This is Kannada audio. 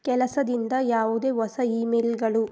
ಕೆಲಸದಿಂದ ಯಾವುದೇ ಹೊಸ ಈ ಮೇಲ್ಗಳು